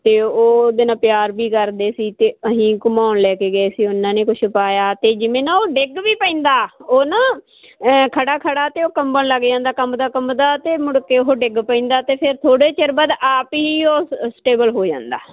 ਤੇ ਉਹਦੇ ਨਾਲ ਪਿਆਰ ਵੀ ਕਰਦੇ ਸੀ ਤੇ ਅਹੀਂ ਘੁਮਾਉਣ ਲੈ ਕੇ ਗਏ ਸੀ ਉਹਨਾਂ ਨੇ ਕੁਝ ਪਾਇਆ ਤੇ ਜਿਵੇਂ ਨਾ ਉਹ ਡਿੱਗ ਵੀ ਪੈਂਦਾ ਉਹ ਨਾ ਖੜਾ ਖੜਾ ਤੇ ਉਹ ਕੰਬਣ ਲੱਗ ਜਾਂਦਾ ਕੰਬਦਾ ਕੰਬਦਾ ਤੇ ਮੁੜ ਕੇ ਉਹ ਡਿੱਗ ਪੈਂਦਾ ਤੇ ਫਿਰ ਥੋੜਾ ਚਿਰ ਬਾਅਦ ਆਪ ਹੀ ਉਹ ਸਟੇਬਲ ਹੋ ਜਾਂਦਾ